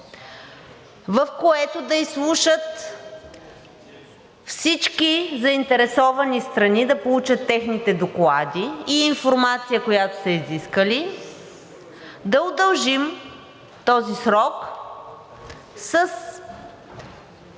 в което да изслушат всички заинтересовани страни да получат техните доклади и информация, която са изискали, да удължим този срок с